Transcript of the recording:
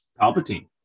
Palpatine